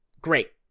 Great